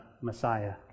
Messiah